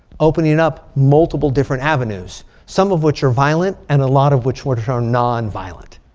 opening up multiple different avenues. some of which are violent. and a lot of which were are nonviolent.